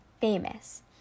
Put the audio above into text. Famous